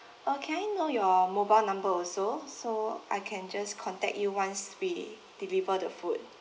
uh can I know your mobile number also so I can just contact you once we deliver the food